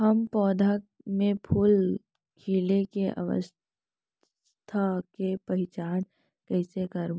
हम पौधा मे फूल खिले के अवस्था के पहिचान कईसे करबो